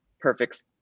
perfect